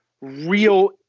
real